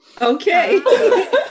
Okay